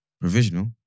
Provisional